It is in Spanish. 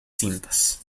cintas